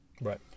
Right